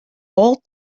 all